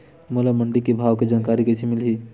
मोला मंडी के भाव के जानकारी कइसे मिलही?